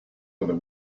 other